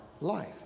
life